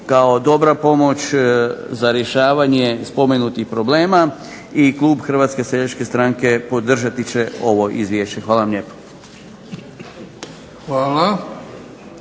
kao dobra pomoć za rješavanje spomenutih problema i klub Hrvatske seljačke stranke podržati će ovo izvješće. Hvala vam lijepo.